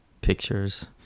pictures